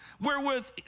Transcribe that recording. wherewith